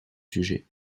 sujet